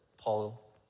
Paul